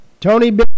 Tony